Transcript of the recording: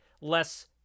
less